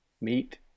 Meet